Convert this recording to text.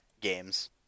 games